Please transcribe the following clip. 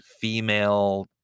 female